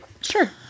sure